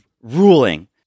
ruling